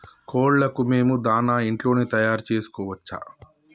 కోళ్లకు మేము దాణా ఇంట్లోనే తయారు చేసుకోవచ్చా?